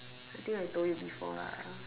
I think I told you before lah